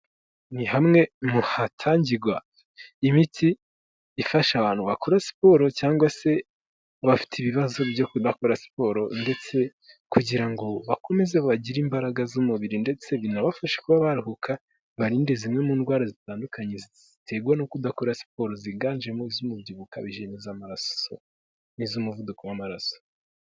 Ni hamwe hatangirwa imitsi ifasha abantu bakora siporo cyangwa se abafite ibibazo byo kudakora siporo ndetse kugira ngo bakomeze bagire imbaraga z'umubiri ndetse binfasha kuba barohuka baririnde zimwe mu ndwara zitandukanye ziterwa no kudakora siporo ziganjemo iz'umubyibuho uka bijejiza amaraso n'iz'umuvuduko w'amaraso.